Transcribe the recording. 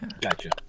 Gotcha